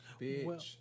Bitch